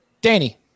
Danny